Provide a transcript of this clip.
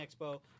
expo